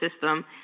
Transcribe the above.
system